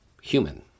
Human